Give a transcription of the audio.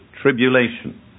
tribulation